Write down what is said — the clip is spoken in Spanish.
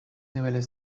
niveles